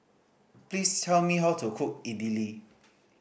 please tell me how to cook Idili